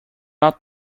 not